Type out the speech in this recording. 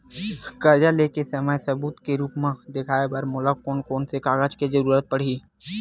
कर्जा ले के समय सबूत के रूप मा देखाय बर मोला कोन कोन से कागज के जरुरत पड़ही?